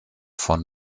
von